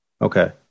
Okay